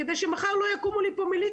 כדי שמחר לא יקומו לי פה מליציות.